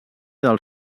del